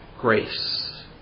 grace